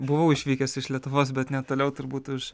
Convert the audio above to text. buvau išvykęs iš lietuvos bet ne toliau turbūt už